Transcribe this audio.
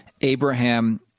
Abraham